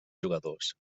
jugadors